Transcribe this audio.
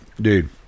dude